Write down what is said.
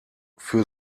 für